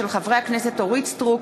של חברי הכנסת אורית סטרוק,